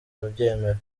babyemera